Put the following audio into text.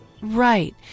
right